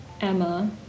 Emma